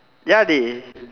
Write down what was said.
ya dey